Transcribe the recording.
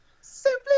Simply